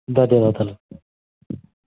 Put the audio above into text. ధన్యవాదాలు